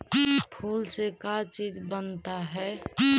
फूल से का चीज बनता है?